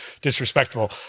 disrespectful